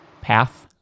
path